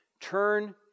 Turn